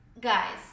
guys